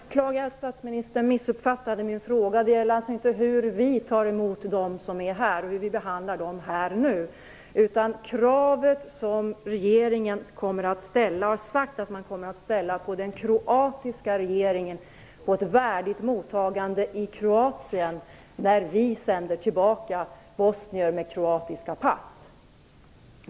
Herr talman! Jag beklagar att statsministern missuppfattade min fråga. Den gällde alltså inte hur vi tar emot dem som är här och hur vi behandlar dem här nu. Frågan gäller kravet som regeringen har sagt att man kommer att ställa på den kroatiska regeringen på ett värdigt mottagande i Kroatien när vi sänder tillbaka bosnier med kroatiska pass.